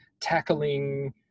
tackling